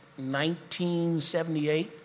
1978